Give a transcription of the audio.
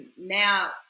now